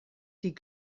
die